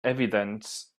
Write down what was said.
evidence